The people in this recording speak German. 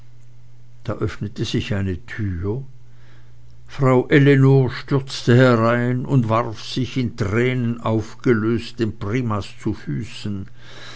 da öffnete sich eine türe frau ellenor stürzte herein und warf sich in tränen aufgelöst dem primas zu füßen